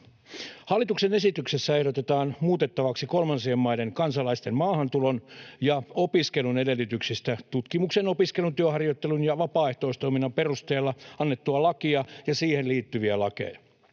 Hallituksen esityksessä ehdotetaan muutettavaksi kolmansien maiden kansalaisten maahantulon ja opiskelun edellytyksistä tutkimuksen, opiskelun, työharjoittelun ja vapaaehtoistoiminnan perusteella annettua lakia ja siihen liittyviä lakeja.